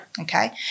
Okay